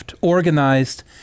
organized